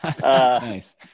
Nice